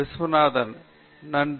விஸ்வநாதன் நன்றி